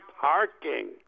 parking